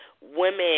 women